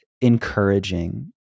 encouraging